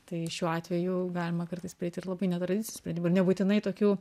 tai šiuo atveju galima kartais prieit ir labai netradicinių sprendimų ir nebūtinai tokių